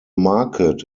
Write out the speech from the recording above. market